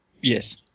Yes